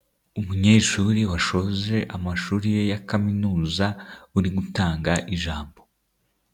Umunyeshuri washoje amashuri ye ya kaminuza uri gutanga ijambo.